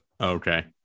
Okay